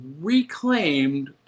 reclaimed